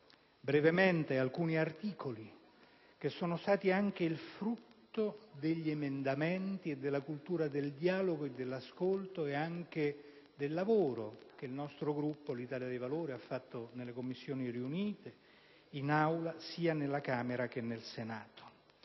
brevemente alcuni articoli che sono stati anche il frutto degli emendamenti e della cultura del dialogo, dell'ascolto e anche del lavoro svolto dal Gruppo Italia dei Valori nelle Commissioni riunite e in Aula, sia alla Camera dei deputati